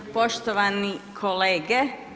Poštovani kolege.